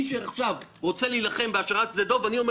מי שעכשיו רוצה להילחם בהשארת שדה דב אני אומר